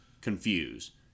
confused